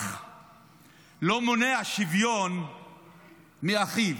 אח לא מונע שוויון מאחיו.